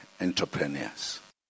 entrepreneurs